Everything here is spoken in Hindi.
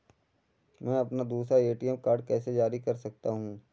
मैं अपना दूसरा ए.टी.एम कार्ड कैसे जारी कर सकता हूँ?